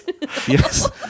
Yes